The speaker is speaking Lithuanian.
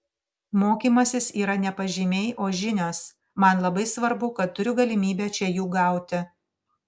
mokymasis yra ne pažymiai o žinios man labai svarbu kad turiu galimybę čia jų gauti